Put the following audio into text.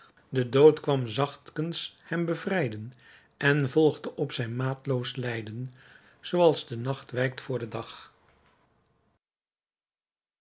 de dood kwam zachtkens hem bevrijden en volgde op zijn maatloos lijden zooals de nacht wijkt voor den dag